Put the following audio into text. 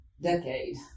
decade